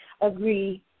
agree